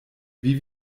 wie